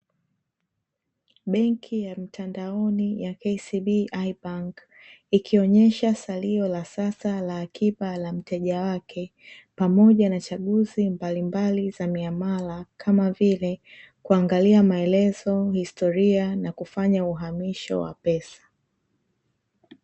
Benki ya mtandaoni ya "KCB iBANK", ikionyesha salio la sasa la akiba la mteja wake, pamoja na chaguzi mbalimbali za miamala kama vile: kuangalia maelezo, historia na kufanya uhamisho wa pesa.